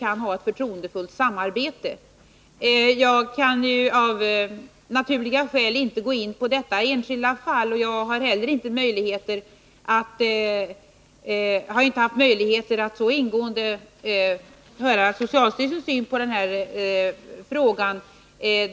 Av naturliga skäl kan jag inte gå in på detta enskilda fall, och jag har inte heller haft möjligheter att ingående inhämta socialstyrelsens syn på frågan.